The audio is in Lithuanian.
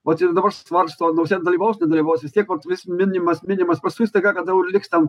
vat ir dabar svarsto nausėda dalyvaus nedalyvaus vis tiek vat vis minimas minimas paskui staiga kada jau liks ten